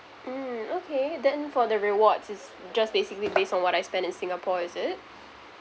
mm okay then for the rewards it's just basically based on what I spend in singapore is it